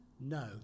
No